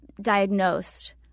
diagnosed